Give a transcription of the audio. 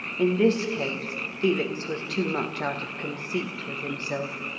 in this case felix was too much out of conceit with himself.